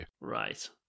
Right